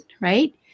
Right